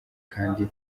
kandi